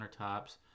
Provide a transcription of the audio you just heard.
countertops